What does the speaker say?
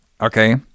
Okay